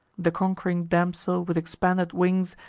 the conqu'ring damsel, with expanded wings,